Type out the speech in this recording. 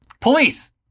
Police